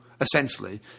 essentially